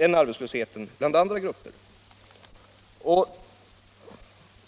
än arbetslösheten bland andra grupper.